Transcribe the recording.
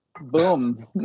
Boom